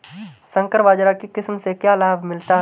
संकर बाजरा की किस्म से क्या लाभ मिलता है?